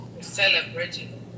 celebrating